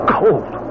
cold